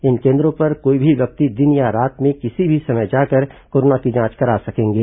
इन केन्द्रों पर कोई भी व्यक्ति दिन या रात में किसी भी समय जाकर कोरोना की जांच करा सकेंगे